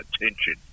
attention